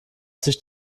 sich